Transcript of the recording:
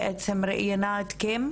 שראיינה את קים.